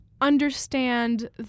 understand